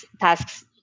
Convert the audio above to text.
tasks